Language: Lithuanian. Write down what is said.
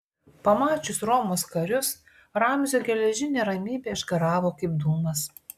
pamačius romos karius ramzio geležinė ramybė išgaravo kaip dūmas